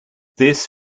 this